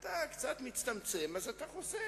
שזה רוב הציבור.